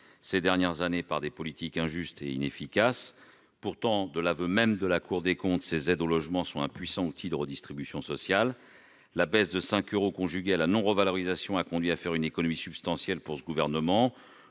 ces dernières années par des politiques injustes et inefficaces alors que, de l'aveu même de la Cour des comptes, ces aides sont un puissant outil de redistribution sociale. La baisse de 5 euros, conjuguée à la non-revalorisation, a conduit ce gouvernement à faire une économie substantielle- on peut